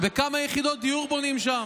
וכמה יחידות דיור בונים שם,